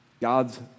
God's